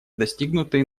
достигнутые